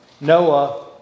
Noah